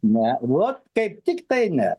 ne vot kaip tik tai ne